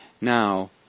now